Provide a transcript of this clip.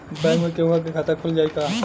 Bank में केहूओ के खाता खुल जाई का?